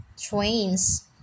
trains